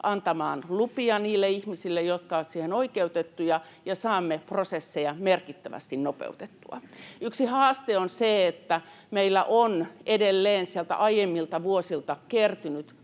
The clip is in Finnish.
antamaan lupia niille ihmisille, jotka ovat siihen oikeutettuja, ja saamme prosesseja merkittävästi nopeutettua. Yksi haaste on se, että meillä on edelleen sieltä aiemmilta vuosilta kertynyt